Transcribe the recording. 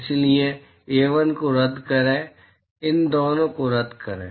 इसलिए A1 को रद्द करें इन दोनों को रद्द करें